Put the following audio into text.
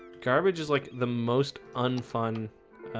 garbage is like the most unfun